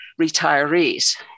retirees